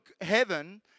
heaven